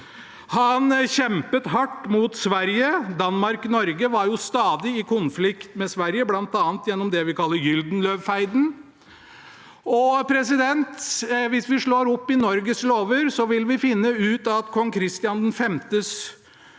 Han kjempet hardt mot Sverige. Danmark-Norge var stadig i konflikt med Sverige, bl.a. gjennom det vi kaller Gyldenløvefeiden. Hvis vi slår opp i Norges lover, vil vi finne ut at Kong Christian